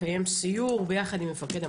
נקיים סיור ביחד עם מפקד המחוז,